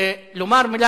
לומר מלה